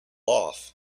off